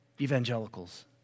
evangelicals